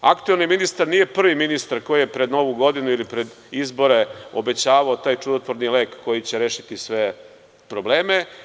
Aktuelni ministar nije prvi ministar koji je pred Novu godinu ili pred izbore obećavao taj čudotvorni lek koji će rešiti sve probleme.